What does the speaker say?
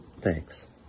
Thanks